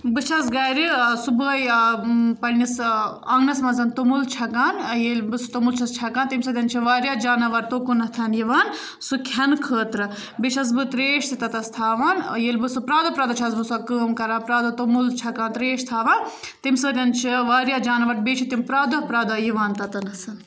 بہٕ چھَس گَرِ صُبحٲے پنٛنِس آنٛگنَس منٛزَن توٚمُل چھَکان ییٚلہِ بہٕ سُہ توٚمُل چھَس چھَکان تَمہِ سۭتۍ چھِ واریاہ جاناوار توکُنَتھ یِوان سُہ کھٮ۪نہٕ خٲطرٕ بیٚیہِ چھَس بہٕ ترٛیش تہِ تَتَس تھاوان ییٚلہِ بہٕ سُہ پرٛٮ۪تھ دۄہ پرٛٮ۪تھ دۄہ چھَس بہٕ سۄ کٲم کَران پرٛٮ۪تھ دۄہ توٚمُل چھَکان ترٛیش تھاوان تَمہِ سۭتۍ چھِ واریاہ جانوَر بیٚیہِ چھِ تِم پرٛٮ۪تھ دۄہ پرٛٮ۪تھ دۄہ یِوان تَتَنَس